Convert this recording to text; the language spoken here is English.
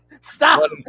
stop